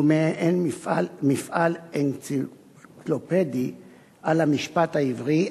והוא מעין מפעל אנציקלופדי על המשפט העברי.